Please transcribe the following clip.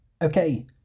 Okay